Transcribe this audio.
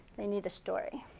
they need a story.